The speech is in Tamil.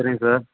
சரிங்க சார்